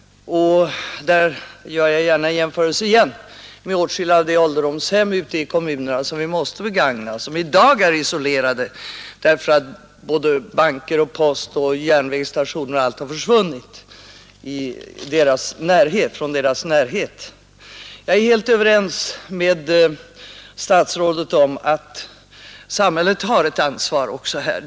Där gör jag gärna en jämförelse igen — med åtskilliga av de ålderdomshem ute i kommunerna som vi måste begagna och som i dag är isolerade därför att banker, post och järnvägsstationer etc. har försvunnit från deras närhet. Jag är helt överens med statsrådet om att samhället har ett ansvar också här.